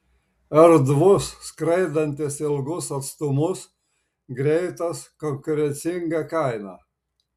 erdvus skraidantis ilgus atstumus greitas konkurencinga kaina